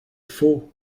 faux